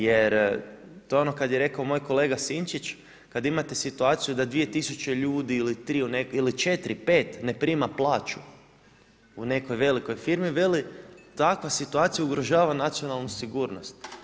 Jer to je ono kad je rekao moj kolega Sinčić, kad imate situaciju da 2000 ljudi ili 3, 4, 5 ne prima plaću u nekoj velikoj firmi, vele takva situacija ugrožava nacionalnu sigurnost.